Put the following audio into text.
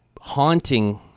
haunting